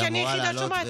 כי אני היחידה ששומעת,